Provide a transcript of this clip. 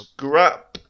Scrap